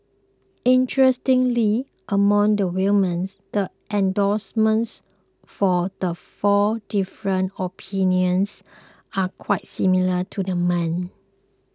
interestingly among the women the endorsements for the four different opinions are quite similar to the men